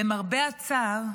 למרבה הצער,